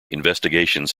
investigations